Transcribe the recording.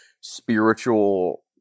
spiritual